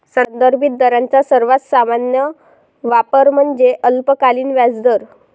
संदर्भित दरांचा सर्वात सामान्य वापर म्हणजे अल्पकालीन व्याजदर